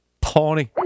Pony